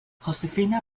josefina